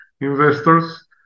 investors